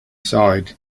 sighed